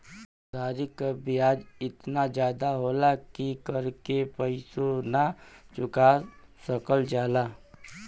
उधारी क बियाज एतना जादा होला कि कर के पइसवो ना चुका सकल जाला